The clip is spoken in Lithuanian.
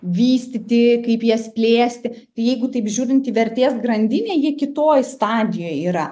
vystyti kaip jas plėsti jeigu taip žiūrint į vertės grandinę jie kitoj stadijoj yra